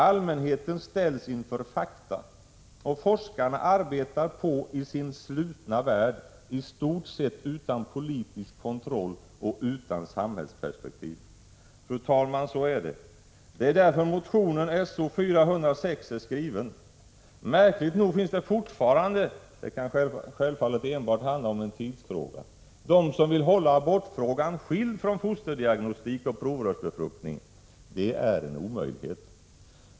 Allmänheten ställs inför ”fakta” och forskarna arbetar på i sin slutna värld i stort sett utan politisk kontroll och utan samhällsperspektiv.” Fru talman! Så är det. Det är därför motionen §S0406 är skriven. Märkligt nog finns det fortfarande — det kan självfallet enbart handla om en tidsfråga — de som vill hålla abortfrågan skild från fosterdiagnostik och provrörsbefruktning. Det är självfallet en omöjlighet.